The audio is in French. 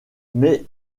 mais